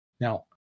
Now